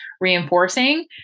reinforcing